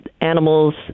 animals